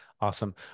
Awesome